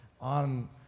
on